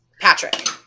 Patrick